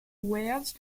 wares